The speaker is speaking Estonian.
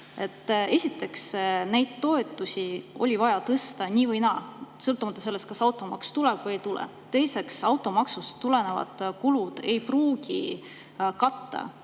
Esiteks, neid toetusi oli vaja tõsta nii või naa, sõltumata sellest, kas automaks tuleb või ei tule. Teiseks, need toetused ei pruugi katta